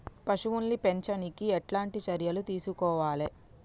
పశువుల్ని పెంచనీకి ఎట్లాంటి చర్యలు తీసుకోవాలే?